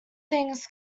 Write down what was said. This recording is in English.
things